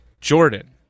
Jordan